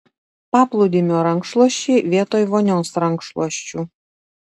paplūdimio rankšluosčiai vietoj vonios rankšluosčių